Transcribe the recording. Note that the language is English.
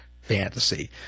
fantasy